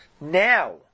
now